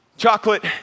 Chocolate